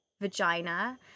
Vagina